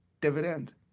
dividend